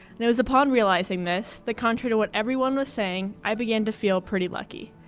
and it was upon realizing this that contrary to what everyone was saying i began to feel pretty lucky.